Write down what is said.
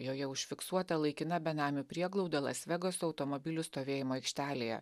joje užfiksuota laikina benamių prieglauda las vegaso automobilių stovėjimo aikštelėje